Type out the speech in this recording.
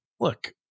look